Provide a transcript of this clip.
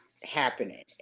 happening